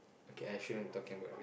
okay I shouldn't be talking about this